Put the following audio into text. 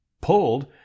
Pulled